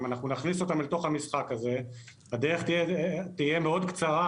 אם אנחנו נכניס אותם לתוך המשחק הזה הדרך תהיה מאוד קצרה